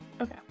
Okay